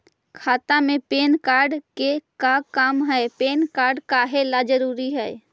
खाता में PAN card के का काम है पैन कार्ड काहे ला जरूरी है?